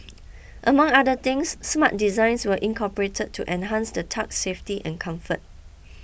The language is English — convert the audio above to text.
among other things smart designs were incorporated to enhance the tug's safety and comfort